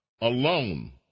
alone